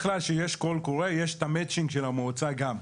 כלל שיש קול קורא יש את התיאום של המועצה גם,